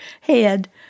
head